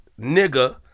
nigga